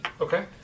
Okay